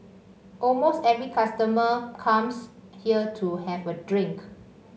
almost every customer comes here to have a drink